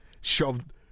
shoved